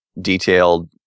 detailed